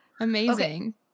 Amazing